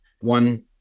one